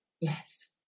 Yes